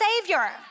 savior